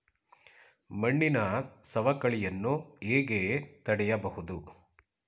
ಮಣ್ಣಿನ ಸವಕಳಿಯನ್ನು ಹೇಗೆ ತಡೆಯಬಹುದು?